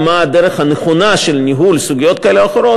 הדרך הנכונה של ניהול סוגיות כאלה או אחרות,